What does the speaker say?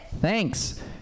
Thanks